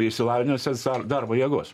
išsilavinusios darbo jėgos